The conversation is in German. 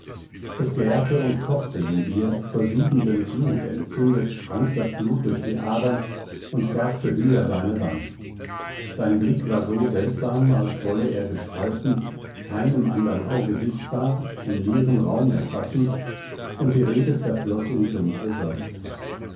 es gärte und kochte in dir zur siedenden glut entzündet sprang das blut durch die adern und färbte höher deine wangen dein blick war so seltsam als wolle er gestalten keinem andern auge sichtbar im leeren raum erfassen und die rede zerfloß in dunkle seufzer